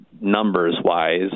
numbers-wise